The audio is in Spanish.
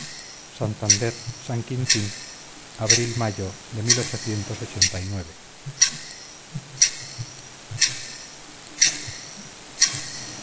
santander san quintín abril mayo de